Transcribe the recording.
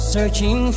Searching